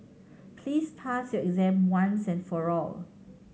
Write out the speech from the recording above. please pass your exam once and for all